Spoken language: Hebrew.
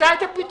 נמצא את הפתרון.